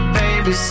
baby